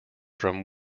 from